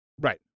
Right